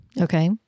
Okay